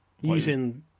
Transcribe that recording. Using